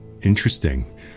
Interesting